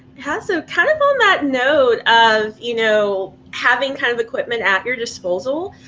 how so kind of on that note of, you know, having kind of equipment at your disposal,